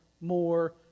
more